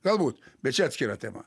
galbūt bet čia atskira tema